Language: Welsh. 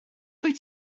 wyt